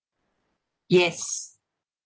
yes